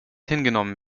hingenommen